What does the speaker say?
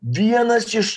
vienas iš